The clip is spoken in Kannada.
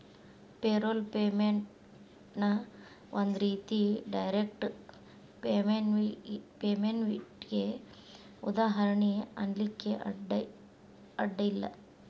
ಪೇರೊಲ್ಪೇಮೆನ್ಟ್ ಒಂದ್ ರೇತಿ ಡೈರೆಕ್ಟ್ ಪೇಮೆನ್ಟಿಗೆ ಉದಾಹರ್ಣಿ ಅನ್ಲಿಕ್ಕೆ ಅಡ್ಡ ಇಲ್ಲ